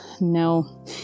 no